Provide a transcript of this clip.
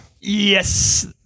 Yes